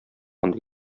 андый